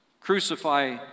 crucify